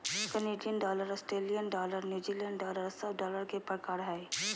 Canadian dollar, Australian dollar, New Zealand dollar सब dollar के प्रकार हय